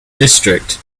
district